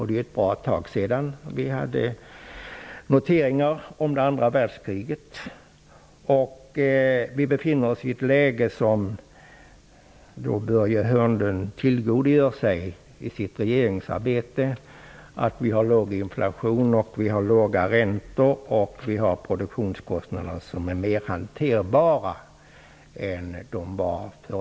Det är ju ett bra tag sedan. Vi befinner oss i ett läge med låg inflation, låga räntor och mer hanterbara produktionskostnader ä för ett par tre år sedan.